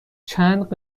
چند